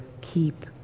keep